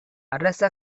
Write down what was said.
அரச